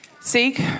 seek